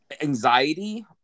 anxiety